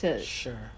Sure